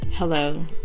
Hello